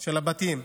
של הבתים,